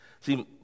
See